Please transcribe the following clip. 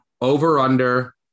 over-under